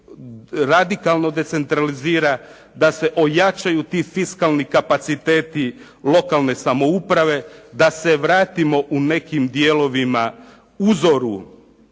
radikalno centralizira, da se ojačaju ti fiskalni kapaciteti lokalne samouprave, da se vratimo u nekim dijelovima uzoru